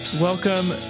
welcome